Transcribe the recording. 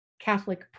Catholic